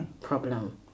problem